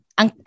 ang